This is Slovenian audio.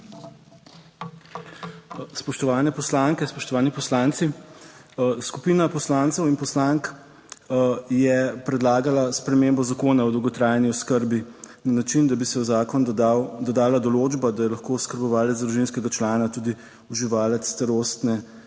Spoštovane poslanke, spoštovani poslanci! Skupina poslancev in poslank je predlagala spremembo zakona o dolgotrajni oskrbi na način, da bi se v zakon dodala določba, da je lahko oskrbovalec družinskega člana tudi uživalec starostne in